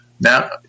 Now